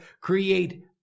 create